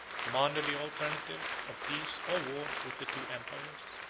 commanded the alternative of peace or war with the two empires.